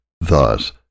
Thus